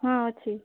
ହଁ ଅଛି